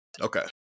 okay